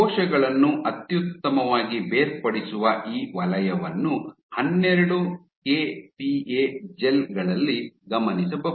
ಕೋಶಗಳನ್ನು ಅತ್ಯುತ್ತಮವಾಗಿ ಬೇರ್ಪಡಿಸುವ ಈ ವಲಯವನ್ನು ಹನ್ನೆರಡು ಕೆಪಿಎ ಜೆಲ್ ಗಳಲ್ಲಿ ಗಮನಿಸಬಹುದು